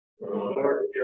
Lord